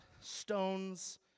stones